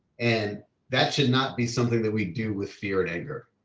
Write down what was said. and that should not be something that we do with fear and anger,